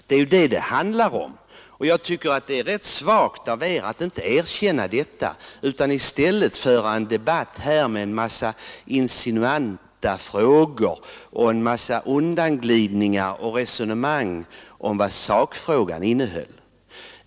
Det är ju detta det handlar om, och jag tycker att det är rätt svagt av er att inte erkänna detta utan i stället föra en debatt med en massa insinuanta frågor, undanglidningar och resonemang om vad sakfrågan innehöll.